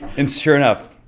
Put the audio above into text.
and sure enough,